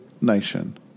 nation